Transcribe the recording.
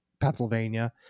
Pennsylvania